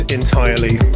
entirely